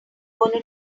gonna